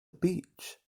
beach